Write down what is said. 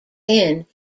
inn